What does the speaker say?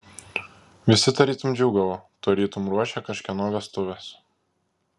visi tarytum džiūgavo tarytum ruošė kažkieno vestuves